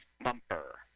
Bumper